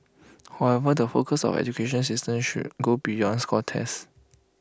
however the focus of our education system should go beyond scores test